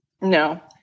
No